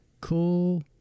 cool